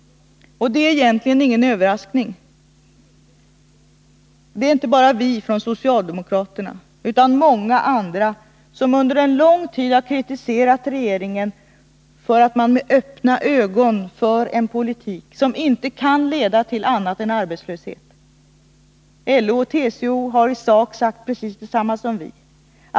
Och det är egentligen ingen överraskning. Det är inte bara vi socialdemokrater utan också många andra som under lång tid har kritiserat regeringen för att den med öppna ögon för en politik som inte kan leda till något annat än arbetslöshet. LO och TCO har sagt i sak detsamma.